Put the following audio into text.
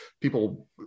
people